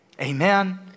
Amen